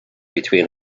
between